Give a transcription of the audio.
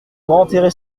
enterrer